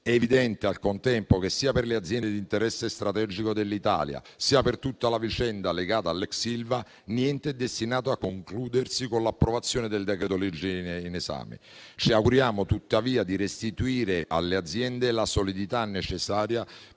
È evidente al contempo che, sia per le aziende di interesse strategico dell'Italia, sia per tutta la vicenda legata all'ex Ilva, niente è destinato a concludersi con l'approvazione del decreto-legge in esame. Ci auguriamo, tuttavia, di restituire alle aziende la solidità necessaria